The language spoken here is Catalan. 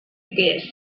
que